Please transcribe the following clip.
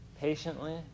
patiently